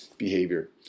behavior